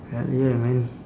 ya yeah man